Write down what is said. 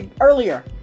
earlier